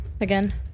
again